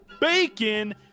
bacon